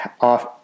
off